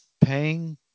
paying